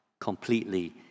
completely